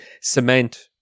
cement